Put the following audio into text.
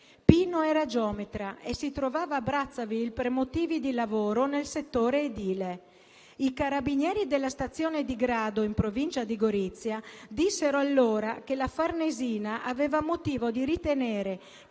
Pino era geometra e si trovava a Brazzaville per motivi di lavoro, nel settore edile. I carabinieri della stazione di Grado, in provincia di Gorizia, dissero allora che la Farnesina aveva motivo di ritenere